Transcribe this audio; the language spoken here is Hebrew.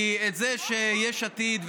זה שיש עתיד,